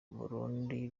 muburundi